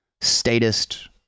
statist